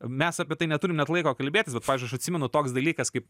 mes apie tai neturim net laiko kalbėtis pavyzdžiui aš atsimenu toks dalykas kaip